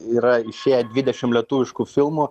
yra išėję dvidešim lietuviškų filmų